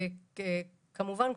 כמובן,